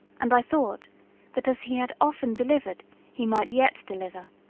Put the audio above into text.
and i thought that as he had often delivered he might yet deliver